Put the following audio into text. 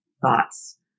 thoughts